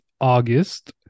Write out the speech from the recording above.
August